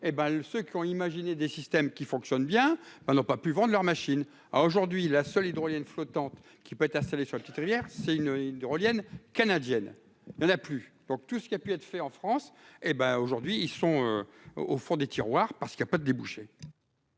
ceux qui ont imaginé des systèmes qui fonctionnent bien, n'a pas pu vendre leurs machines à aujourd'hui la seule hydrolienne flottante qui peut être installé sur le titre hier, c'est une hydrolienne canadienne la plus donc tout ce qui a pu être fait en France, hé ben aujourd'hui ils sont au fond des tiroirs parce qu'il y a pas de débouchés.